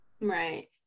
Right